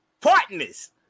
partners